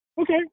okay